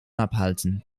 abhalten